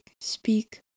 speak